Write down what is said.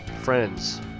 friends